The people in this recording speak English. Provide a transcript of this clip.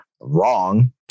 wrong